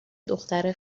دختر